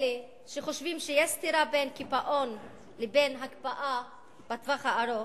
אלה שחושבים שיש סתירה בין קיפאון לבין הקפאה בטווח הארוך,